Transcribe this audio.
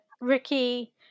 Ricky